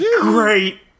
great